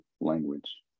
language